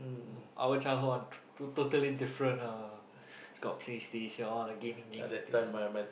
our childhood all oh totally different ah it's called PlayStation all the gaming gaming thing ah